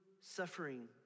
suffering